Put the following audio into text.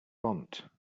want